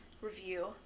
review